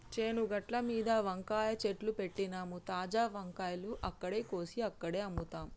చేను గట్లమీద వంకాయ చెట్లు పెట్టినమ్, తాజా వంకాయలు అక్కడే కోసి అక్కడే అమ్ముతాం